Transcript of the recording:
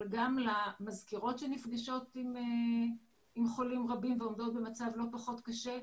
אבל גם למזכירות שנפגשות עם חולים רבים ועומדות במצב לא פחות קשה.